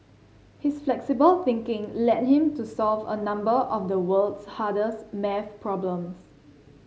his flexible thinking led him to solve a number of the world's hardest math problems